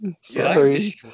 Sorry